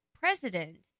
president